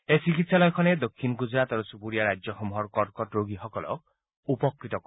এই চিকিৎসালয়খনে দক্ষিণ গুজৰাট আৰু চুবুৰীয়া ৰাজ্যসমূহৰ কৰ্কট ৰোগীসকলক উপকৃত কৰিব